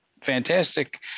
fantastic